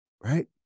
right